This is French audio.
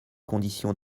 conditions